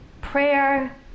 Prayer